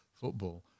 football